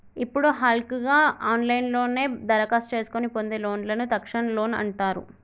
ఇప్పుడు హల్కగా ఆన్లైన్లోనే దరఖాస్తు చేసుకొని పొందే లోన్లను తక్షణ లోన్ అంటారు